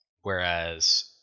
whereas